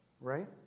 right